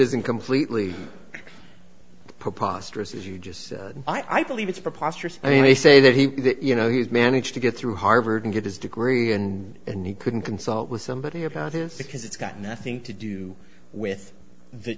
isn't completely preposterous as you just said i believe it's preposterous i mean they say that he that you know he has managed to get through harvard and get his degree and a new couldn't consult with somebody about this because it's got nothing to do with the